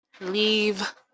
Leave